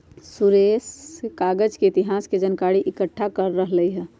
सुरेश कागज के इतिहास के जनकारी एकट्ठा कर रहलई ह